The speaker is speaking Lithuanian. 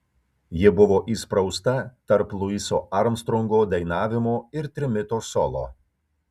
ji buvo įsprausta tarp luiso armstrongo dainavimo ir trimito solo